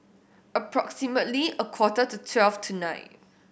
approximately a quarter to twelve tonight